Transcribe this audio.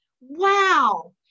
Wow